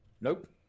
Nope